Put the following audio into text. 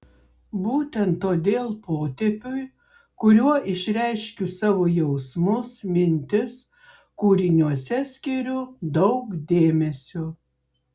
būtent todėl potėpiui kuriuo išreiškiu savo jausmus mintis kūriniuose skiriu daug dėmesio